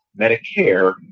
Medicare